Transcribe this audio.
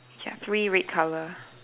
ya three red colour